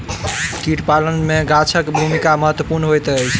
कीट पालन मे गाछक भूमिका महत्वपूर्ण होइत अछि